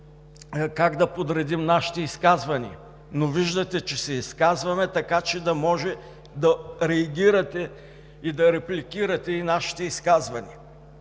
как да подредим нашите изказвания, но виждате, че се изказваме, така че да може да реагирате и да репликирате нашите изказвания.